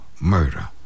murder